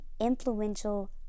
influential